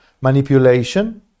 manipulation